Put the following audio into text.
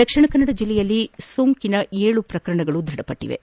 ದಕ್ಷಿಣ ಕನ್ನಡ ಜಿಲ್ಲೆಯಲ್ಲಿ ಕೊರೊನಾ ಸೋಂಕಿನ ಏಳು ಪ್ರಕರಣಗಳು ದೃಢಪಟ್ಟಿವೆ